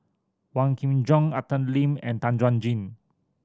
Wong Kin Jong Arthur Lim and Tan Chuan Jin